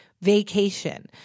vacation